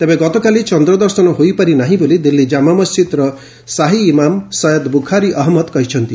ତେବେ ଗତକାଲି ଚନ୍ଦ୍ରଦର୍ଶନ ହୋଇପାରି ନାହିଁ ବୋଲି ଦିଲ୍ଲୀ ଜାମା ମସ୍ଜିଦ୍ର ସାହି ଇମାମ୍ ସୟଦ୍ ବୁଖାରୀ ଅହମ୍ମଦ କହିଛନ୍ତି